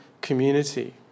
community